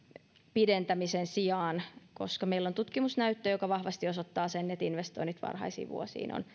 pidentämisen sijaan koska meillä on tutkimusnäyttöä joka vahvasti osoittaa sen että investoinnit varhaisiin vuosiin